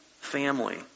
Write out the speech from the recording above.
family